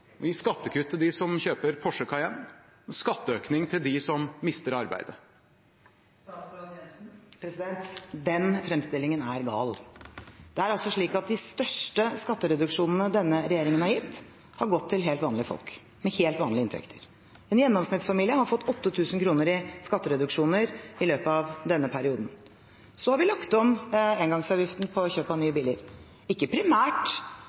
gi skattekutt til dem som kjøper Porsche Cayenne, og skatteøkning til dem som mister arbeidet? Den fremstillingen er gal. Det er slik at de største skattereduksjonene denne regjeringen har gitt, har gått til helt vanlige folk med helt vanlige inntekter. En gjennomsnittsfamilie har fått 8 000 kr i skattereduksjoner i løpet av denne perioden. Så har vi lagt om engangsavgiften ved kjøp av nye biler, ikke primært